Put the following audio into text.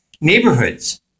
Neighborhoods